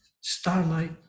starlight